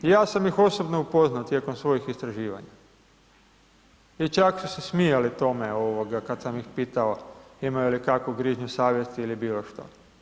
Ja sam ih osobno upoznao tijekom svojih istraživanja i čak su se smijali tome kad sam ih pitao imaju li kakvu grižnju savjesti ili bilo što.